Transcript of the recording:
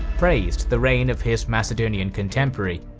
praised the reign of his macedonian contemporary,